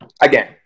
again